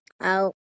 out